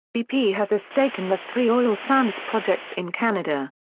bp has a stake in the three oil sands projects in canada.